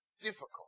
difficult